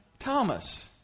Thomas